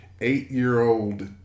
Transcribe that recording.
eight-year-old